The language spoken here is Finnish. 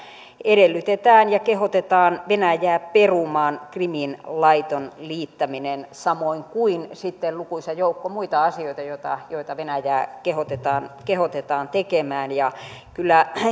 edellytetään ja kehotetaan venäjää perumaan krimin laiton liittäminen samoin kuin sitten on lukuisa joukko muita asioita joita joita venäjää kehotetaan kehotetaan tekemään ja kyllä